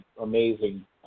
amazing